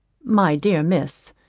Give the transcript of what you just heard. my dear miss,